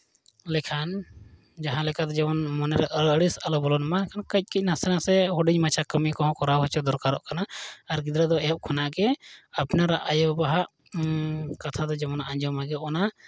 ᱞᱮᱠᱷᱟᱱ ᱡᱟᱦᱟᱸ ᱞᱮᱠᱟᱛᱮ ᱡᱮᱢᱚᱱ ᱢᱚᱱᱮᱨᱮ ᱟᱹᱲᱤᱥ ᱟᱞᱚ ᱵᱚᱞᱚᱱᱢᱟ ᱮᱱᱠᱷᱟᱱ ᱠᱟᱹᱡ ᱠᱟᱹᱡ ᱱᱟᱥᱮ ᱱᱟᱥᱮ ᱦᱩᱰᱤᱧ ᱢᱟᱪᱷᱟ ᱠᱟᱹᱢᱤ ᱠᱚᱦᱚᱸ ᱠᱚᱨᱟᱣ ᱦᱚᱪᱚ ᱫᱚᱨᱠᱟᱨᱚᱜ ᱠᱟᱱᱟ ᱟᱨ ᱜᱤᱫᱽᱨᱟᱹ ᱫᱚ ᱮᱦᱚᱵ ᱠᱷᱚᱱᱟᱜᱼᱜᱮ ᱟᱯᱱᱟᱨᱟᱜ ᱟᱭᱳᱼᱵᱟᱵᱟᱣᱟᱜ ᱠᱟᱛᱷᱟ ᱫᱚ ᱡᱮᱢᱚᱱ ᱟᱸᱡᱚᱢ ᱢᱟᱜᱮᱭ ᱚᱱᱟ